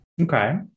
Okay